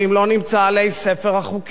לא נמצא עלי ספר החוקים,